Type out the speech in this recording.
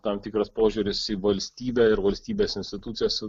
tam tikras požiūris į valstybę ir valstybės institucijas